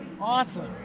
awesome